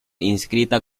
inscrita